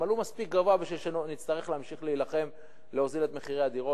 הם עלו מספיק כדי שנצטרך להמשיך להילחם להוזיל את הדירות